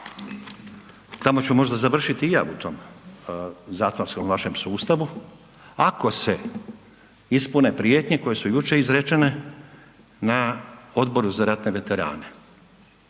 tamo ću možda završiti i ja u tom zatvorskom vašem sustavu ako se ispune prijetnje koje su jučer izrečene na Odboru za ratne veterane,